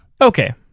Okay